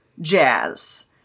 jazz